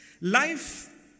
life